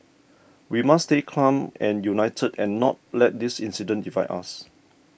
we must stay calm and united and not let this incident divide us